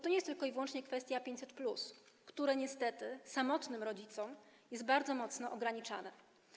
To nie jest tylko i wyłącznie kwestia 500+, które niestety w wypadku samotnych rodziców jest bardzo mocno ograniczane.